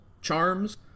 charms